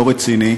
לא רציני,